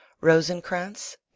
rosencrantz